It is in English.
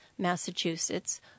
Massachusetts